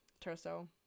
Terso